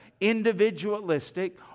individualistic